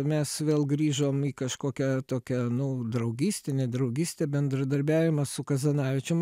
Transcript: mes vėl grįžom į kažkokią tokią nu draugystę ne draugystę bendradarbiavimą su kazanavičium